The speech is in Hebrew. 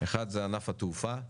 אחד זה ענף התעופה,